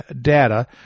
data